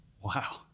Wow